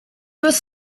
was